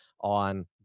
on